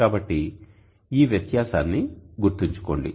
కాబట్టి ఈ వ్యత్యాసాన్ని గుర్తుంచుకోండి